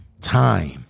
time